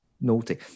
naughty